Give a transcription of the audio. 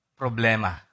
problema